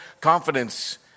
confidence